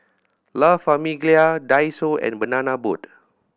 La Famiglia Daiso and Banana Boat